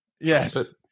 yes